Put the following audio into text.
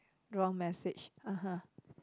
wrong message uh-huh